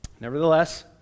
Nevertheless